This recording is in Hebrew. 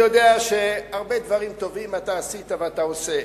אני יודע שהרבה דברים טובים עשית ואתה עושה,